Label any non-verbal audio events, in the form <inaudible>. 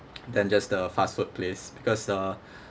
<noise> than just a fast food place because uh <breath>